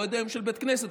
אני לא יודע אם של בית כנסת,